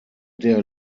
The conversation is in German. der